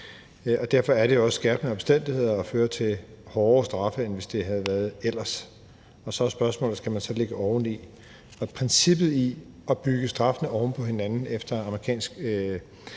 Derfor er det også skærpende omstændigheder og fører til hårdere straffe, end det havde været ellers. Og så er spørgsmålet, om man så skal lægge oveni. Princippet i at bygge straffene oven på hinanden efter amerikansk